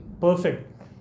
perfect